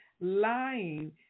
Lying